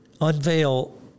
unveil